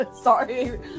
sorry